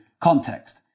context